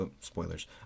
Spoilers